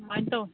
ꯑꯗꯨꯃꯥꯏꯅ ꯇꯧꯏ